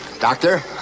Doctor